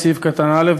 (1) בסעיף קטן (א),